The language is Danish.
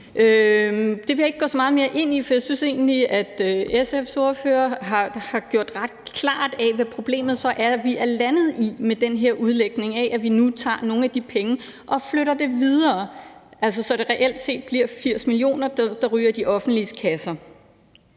Det vil jeg ikke gå så meget mere ind i, for jeg synes egentlig, at SF's ordfører har gjort det ret klart, hvad problemet er, vi er landet i med den her udlægning af, at vi nu tager nogle af de penge og flytter dem videre – altså, så det reelt set bliver 80 mio. kr., der ryger i de offentlige kasser.